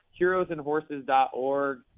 Heroesandhorses.org